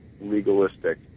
legalistic